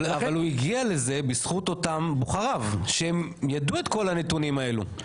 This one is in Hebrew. אבל הוא הגיע לזה בזכות אותם בוחריו שהם ידעו את כל הנתונים האלו,